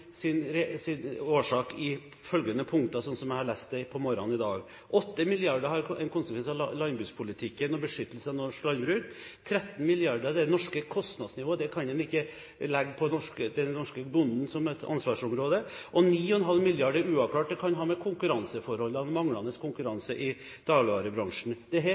årsak i følgende punkter, slik jeg har lest det på morgenen i dag: 8 mrd. kr er en konsekvens av landbrukspolitikken og beskyttelse av norsk landbruk, 13 mrd. skyldes det norske kostnadsnivået – det kan en ikke legge på den norske bonden som et ansvarsområde – og 9,5 mrd. kr er uavklart. Det kan ha med konkurranseforhold og manglende konkurranse i dagligvarebransjen å gjøre. Dette ser vi på. Det